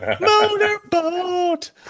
Motorboat